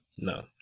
No